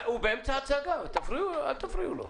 הוא באמצע ההצגה, אל תפריעו לו.